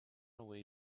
away